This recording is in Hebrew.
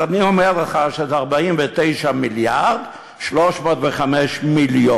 אז אני אומר לך שזה 49 מיליארד 305 מיליון.